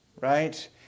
right